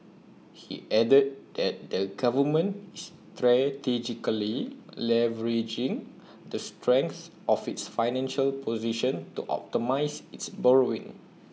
he added that the government is strategically leveraging the strength of its financial position to optimise its borrowing